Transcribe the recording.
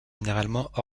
généralement